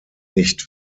nicht